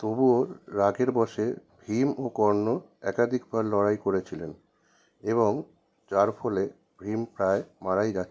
তবুও রাগের বশে ভীম ও কর্ণ একাধিকবার লড়াই করেছিলেন এবং যার ফলে ভীম প্রায় মারাই যাচ্ছিলেন